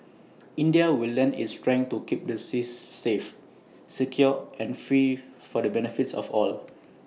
India will lend its strength to keep the seas safe secure and free for the benefit of all